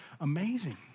amazing